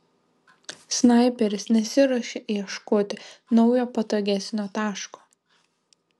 snaiperis nesiruošė ieškoti naujo patogesnio taško